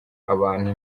abantu